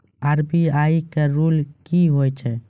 RBI का rule क्या हैं?